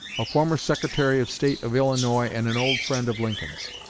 a former secretary of state of illinois and an old friend of lincoln's.